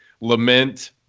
Lament